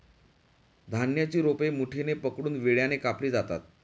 धान्याची रोपे मुठीने पकडून विळ्याने कापली जातात